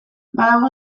badago